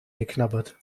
geknabbert